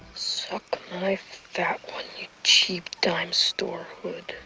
suck my fat cheep dime store hood.